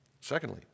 Secondly